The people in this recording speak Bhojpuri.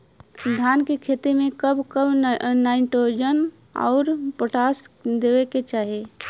धान के खेती मे कब कब नाइट्रोजन अउर पोटाश देवे के चाही?